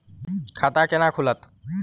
खाता केना खुलत?